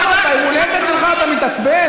אחמד, ביום ההולדת שלך אתה מתעצבן?